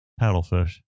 paddlefish